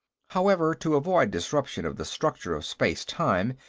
however, to avoid disruption of the structure of space-time,